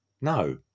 no